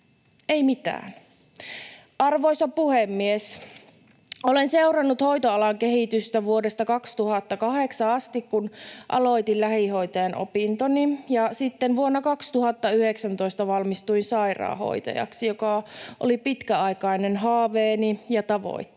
Ei mitään. Arvoisa puhemies! Olen seurannut hoitoalan kehitystä vuodesta 2008 asti, kun aloitin lähihoitajan opintoni, ja sitten vuonna 2019 valmistuin sairaanhoitajaksi, mikä oli pitkäaikainen haaveeni ja tavoitteeni.